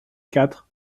quatre